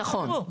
נכון.